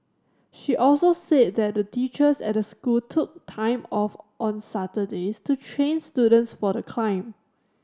she also said that the teachers at the school took time off on Saturdays to train students for the climb